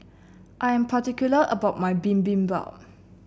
I am particular about my Bibimbap